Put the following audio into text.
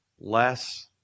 Less